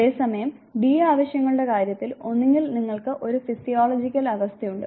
അതേസമയം ഡി ആവശ്യങ്ങളുടെ കാര്യത്തിൽ ഒന്നുകിൽ നിങ്ങൾക്ക് ഒരു ഫിസിയോളജിക്കൽ അവസ്ഥയുണ്ട്